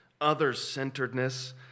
other-centeredness